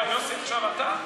יוסי, עכשיו אתה?